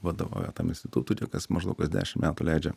vadovauja tam istitutui kas maždaug kas dešim metų leidžia